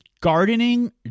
gardening